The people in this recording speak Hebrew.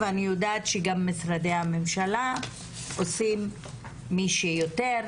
ואני יודעת שגם משרדי הממשלה עושים מי שיותר,